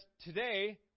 today